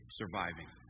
surviving